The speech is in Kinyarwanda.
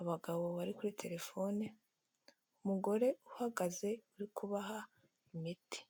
abagabo bari kuri telefone, umugore uhagaze uri kubaha imiti.